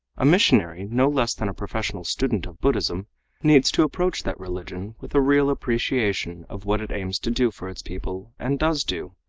a missionary no less than a professional student of buddhism needs to approach that religion with a real appreciation of what it aims to do for its people and does do.